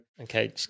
okay